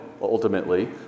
ultimately